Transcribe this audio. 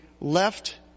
Left